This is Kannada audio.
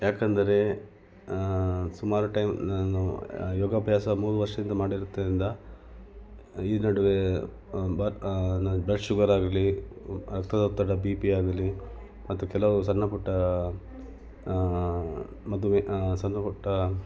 ಯಾಕಂದರೆ ಸುಮಾರು ಟೈಮ್ ನಾನು ಯೋಗಾಭ್ಯಾಸ ಮೂರು ವರ್ಷದಿಂದ ಮಾಡಿರುತ್ತಿರುವುದ್ರಿಂದ ಈ ನಡುವೆ ಬ ನನ್ನ ಬ್ಲಡ್ ಶುಗರಾಗಲೀ ರಕ್ತದೊತ್ತಡ ಬಿ ಪಿಯಾಗಲೀ ಮತ್ತು ಕೆಲವು ಸಣ್ಣ ಪುಟ್ಟ ಮದುವೆ ಸಣ್ಣ ಪುಟ್ಟ